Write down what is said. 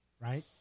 Right